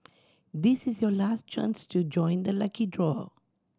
this is your last chance to join the lucky draw